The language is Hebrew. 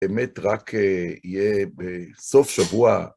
באמת, רק יהיה בסוף שבוע...